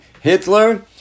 Hitler